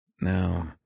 Now